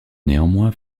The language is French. néanmoins